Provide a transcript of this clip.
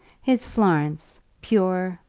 his florence pure,